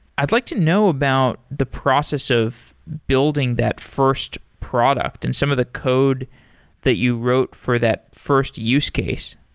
i'd like to know about the process of building that first product and some of the code that you wrote for that first use case.